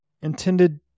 intended